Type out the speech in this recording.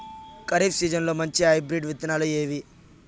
ఖరీఫ్ సీజన్లలో మంచి హైబ్రిడ్ విత్తనాలు ఏవి